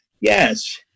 Yes